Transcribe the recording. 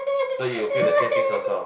so you will feel the same things also